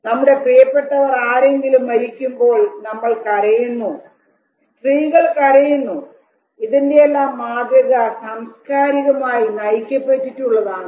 നമ്മുടെ പ്രിയപ്പെട്ടവർ ആരെങ്കിലും മരിക്കുമ്പോൾ നമ്മൾ കരയുന്നു സ്ത്രീകൾ കരയുന്നു ഇതിന്റെല്ലാം മാതൃക സാംസ്കാരികമായി നയിക്കപ്പെട്ടിട്ടുള്ളതാണ്